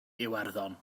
iwerddon